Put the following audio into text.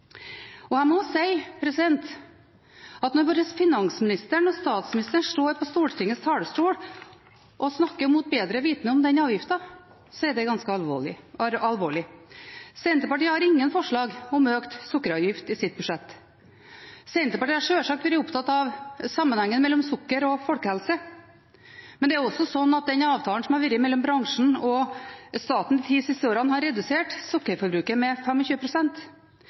budsjettenigheten. Jeg må si at når finansministeren og statsministeren står på Stortingets talerstol og snakker mot bedre vitende om den avgiften, er det ganske alvorlig. Senterpartiet har ingen forslag om økt sukkeravgift i sitt budsjett. Senterpartiet har sjølsagt vært opptatt av sammenhengen mellom sukker og folkehelse, men det er også slik at den avtalen som har vært mellom bransjen og staten de ti siste årene, har redusert sukkerforbruket med